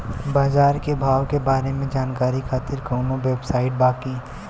बाजार के भाव के बारे में जानकारी खातिर कवनो वेबसाइट बा की?